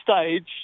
stage